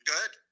Good